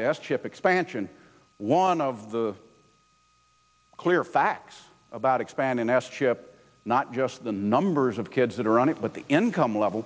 to s chip expansion one of the clear facts about expanding s chip not just the numbers of kids that are on it but the income level